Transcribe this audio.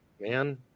man